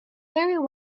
very